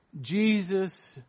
Jesus